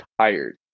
tired